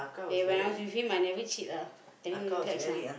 eh when I was with him I never cheat ah tell him relax ah